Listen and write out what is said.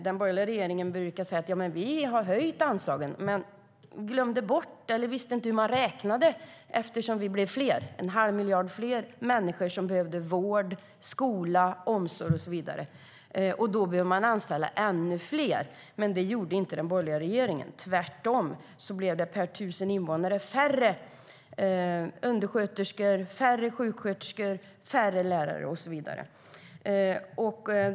Den borgerliga regeringen brukade säga att de hade höjt anslagen, men de glömde bort, eller visste inte hur man räknade, att vi blev fler, att en halv miljard fler behövde vård, skola, omsorg och så vidare, och att man därför behövde anställda ännu fler. Men det gjorde inte den borgerliga regeringen. Tvärtom blev det per tusen invånare färre undersköterskor, sjuksköterskor, lärare och så vidare.